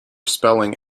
spelling